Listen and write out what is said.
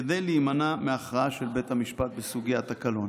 כדי להימנע מהכרעה של בית המשפט בסוגיית הקלון.